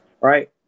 right